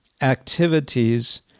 activities